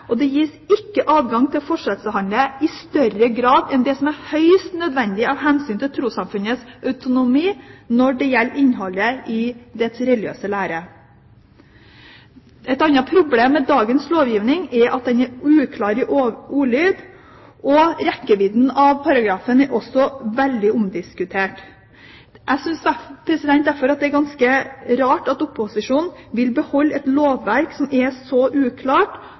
og det gis ikke adgang til å forskjellsbehandle i større grad enn det som er høyst nødvendig av hensyn til trossamfunnets autonomi når det gjelder innholdet i dets religiøse lære. Et annet problem med dagens lovgivning er at den er uklar i ordlyd, og rekkevidden av paragrafen er også veldig omdiskutert. Jeg synes derfor det er ganske rart at opposisjonen vil beholde et lovverk som er så uklart,